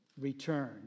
return